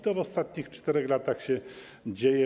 To w ostatnich 4 latach się dzieje.